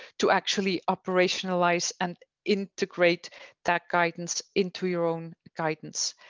to actually operationalize and integrate that guidance into your own guidance.